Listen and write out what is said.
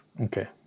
Okay